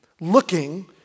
looking